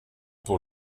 pour